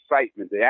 excitement